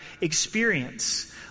experience